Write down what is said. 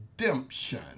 redemption